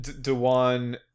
dewan